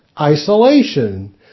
isolation